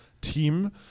team